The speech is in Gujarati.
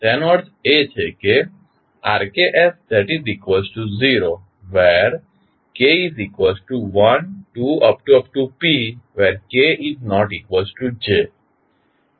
તેનો અર્થ છે કે Rk0k12pk≠j